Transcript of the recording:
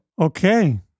Okay